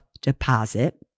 deposit